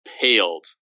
paled